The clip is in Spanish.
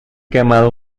quemado